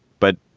but.